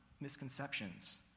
misconceptions